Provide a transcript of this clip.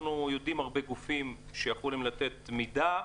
אנחנו יודעים על הרבה גופים שיכולים לתת מידע,